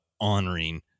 honoring